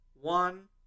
one